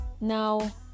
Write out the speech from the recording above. Now